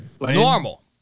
Normal